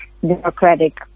democratic